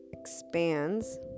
expands